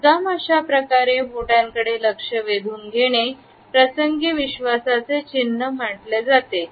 मुद्दाम अशाप्रकारे बोटान कडे लक्ष वेधून घेणे प्रसंगी विश्वासाचे चिन्ह म्हणल्या जाते